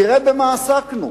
תראה במה עסקנו,